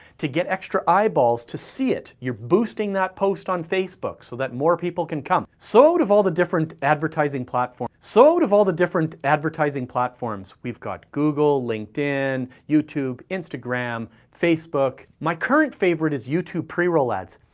to get extra eyeballs to see it. you're boosting that post on facebook so that more people can come. so would have all the different advertising platform so would have all the different advertising platforms. we've got google, linkedin, youtube, instagram, facebook, my current favorite is youtube preroll ads.